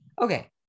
Okay